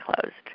closed